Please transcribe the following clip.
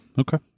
okay